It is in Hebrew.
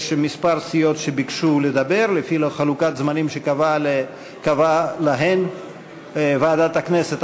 כמה סיעות ביקשו לדבר לפי חלוקת זמנים שקבעה להן ועדת הכנסת.